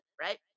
right